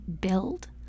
build